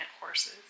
horses